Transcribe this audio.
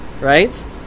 right